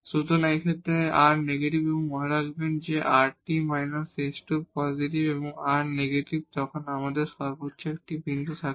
সুতরাং এই ক্ষেত্রে r নেগেটিভ এবং মনে রাখবেন যখন rt − s2 পজিটিভ এবং r নেগেটিভ তখন আমাদের সর্বোচ্চ একটি বিন্দু আছে